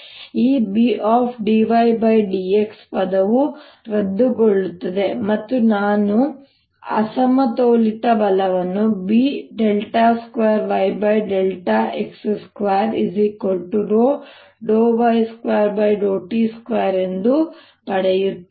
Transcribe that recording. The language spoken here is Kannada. ಈ B ∂y∂x ಪದವು ರದ್ದುಗೊಳ್ಳುತ್ತದೆ ಮತ್ತು ನಾನು ಅಸಮತೋಲಿತ ಬಲವನ್ನು B2yx2ρ2yt2 ಎಂದು ಪಡೆಯುತ್ತೇನೆ